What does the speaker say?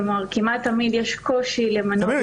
כלומר כמעט תמיד יש קושי למנות את כל הנציגים.